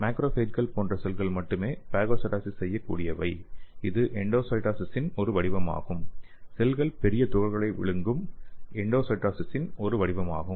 மேக்ரோபேஜ்கள் போன்ற செல்கள் மட்டுமே பாகோசைட்டோசிஸ் செய்யக் கூடியவை இது எண்டோசைட்டோசிஸின் ஒரு வடிவமாகும் செல்கள் பெரிய துகள்களை விழுங்கும் எண்டோசைட்டோசிஸின் ஒரு வடிவமாகும்